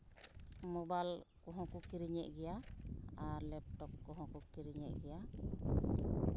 mobile ᱠᱚᱦᱚᱸ ᱠᱚ ᱠᱤᱨᱤᱧᱮᱫ ᱜᱮᱭᱟ ᱟᱨ ᱞᱮᱯᱴᱚᱯ ᱠᱚᱦᱚᱸ ᱠᱚ ᱠᱤᱨᱤᱧᱮᱫ ᱜᱮᱭᱟ